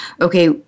okay